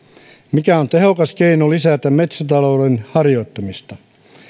mikä on tehokas keino lisätä metsätalouden harjoittamista